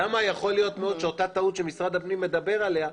למה מאוד יכול להיות שאותה טעות שמשרד הפנים מדבר עליה,